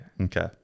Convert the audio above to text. Okay